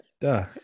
Duh